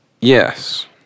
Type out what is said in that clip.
Yes